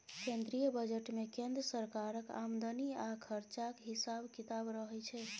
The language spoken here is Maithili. केंद्रीय बजट मे केंद्र सरकारक आमदनी आ खरचाक हिसाब किताब रहय छै